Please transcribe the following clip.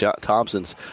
Thompson's